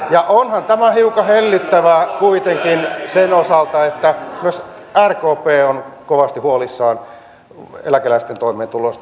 ja onhan tämä hiukan hellyttävää kuitenkin sen osalta että myös rkp on kovasti huolissaan eläkeläisten toimeentulosta